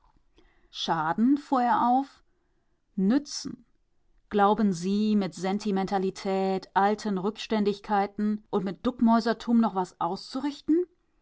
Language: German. schaden fuhr er auf nützen glauben sie mit sentimentalität alten rückständigkeiten und mit duckmäusertum noch was auszurichten